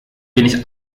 wenig